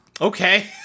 Okay